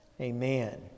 Amen